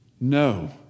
no